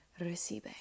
recibe